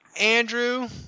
Andrew